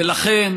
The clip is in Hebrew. ולכן,